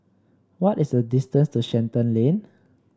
what is the distance to Shenton Lane